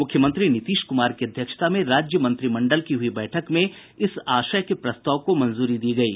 मुख्यमंत्री नीतीश कृमार की अध्यक्षता में राज्यमंत्रिमंडल की हुई बैठक में इस आशय के प्रस्ताव को मंजूरी दी गयी